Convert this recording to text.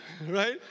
right